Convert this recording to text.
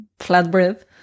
flatbread